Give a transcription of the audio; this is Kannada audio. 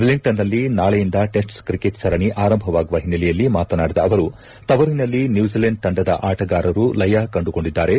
ವೆಲ್ಲಿಂಗ್ನನಲ್ಲಿ ನಾಳೆಯಿಂದ ಟೆಸ್ಟ್ ತಿಕೆಟ್ ಸರಣಿ ಆರಂಭವಾಗುವ ಹಿನ್ನೆಲೆಯಲ್ಲಿ ಮಾತನಾಡಿದ ಅವರು ತವರಿನಲ್ಲಿ ನ್ನೂಜಿಲೆಂಡ್ ತಂಡದ ಆಟಗಾರರು ಲಯ ಕಂಡುಕೊಂಡಿದ್ದಾರೆ